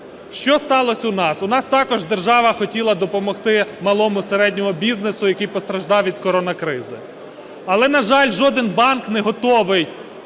Що сталося у нас? У нас також держава хотіла допомогти малому і середньому бізнесу, який постраждав від коронакризи. Але, на жаль, жоден банк не готовий,